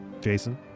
Jason